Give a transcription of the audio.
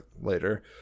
later